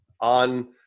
on